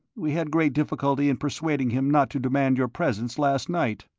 we had great difficulty in persuading him not to demand your presence last night.